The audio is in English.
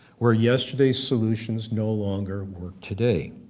where yesterday's solutions no longer work today.